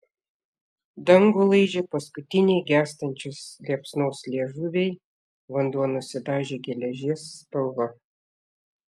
dangų laižė paskutiniai gęstančios liepsnos liežuviai vanduo nusidažė geležies spalva